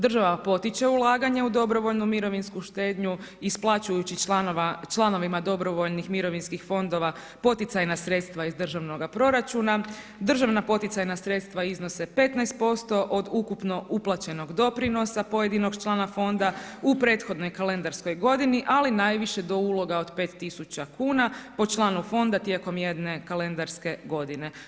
Država potiče ulaganje u dobrovoljnu mirovinsku štednju, isplaćujući članovima dobrovoljnih mirovinskih fondova poticajna sredstva iz državnoga proračuna, državna poticajna sredstva iznose 15% od ukupno uplaćenog doprinosa pojedinog člana fonda u prethodnoj kalendarskoj godini, ali najviše do uloga od 5000 kn po članu fonda tijekom jedne kalendarske godine.